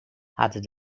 hadden